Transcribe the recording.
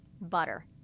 butter